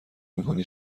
میکنی